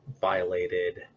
violated